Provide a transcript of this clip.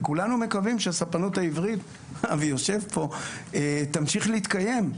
וכולנו מקווים שהספנות העברית תמשיך להתקיים.